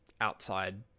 outside